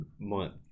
month